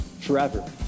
forever